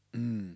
mm